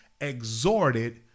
exhorted